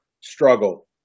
struggle